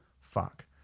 Fuck